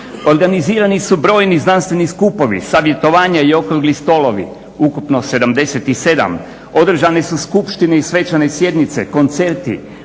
Organizirani su brojni znanstveni skupovi, savjetovanja i okrugli stolovi - ukupno 77. Održane su skupštine i svečane sjednice, koncerti,